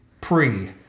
pre